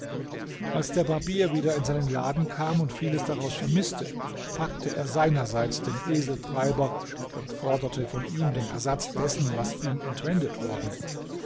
als der barbier wieder in seinen laden kam und vieles daraus vermißte packte er seinerseits den eseltreiber und forderte von ihm den ersatz dessen was ihm entwendet worden